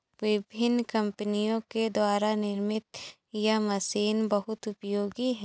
विभिन्न कम्पनियों के द्वारा निर्मित यह मशीन बहुत उपयोगी है